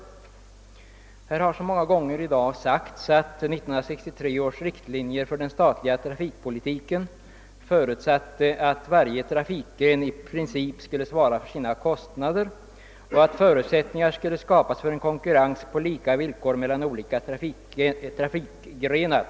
Här har i dag så många gånger sagts att 1963 års riktlinjer för den statliga trafikpolitiken förutsatte att varje trafikgren i princip skulle svara för sina kostnader och att förutsättningar skulle skapas för en konkurrens på lika villkor mellan olika trafikgrenar.